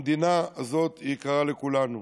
המדינה הזאת יקרה לכולנו.